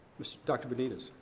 dr. benitez.